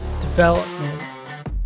development